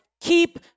keep